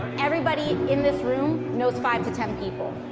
everybody in this room knows five to ten people.